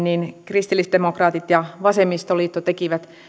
kristillisdemokraatit ja vasemmistoliitto tekivät